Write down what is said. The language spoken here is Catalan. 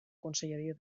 conselleria